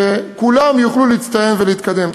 ושכולם יוכלו להצטיין ולהתקדם.